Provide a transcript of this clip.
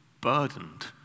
burdened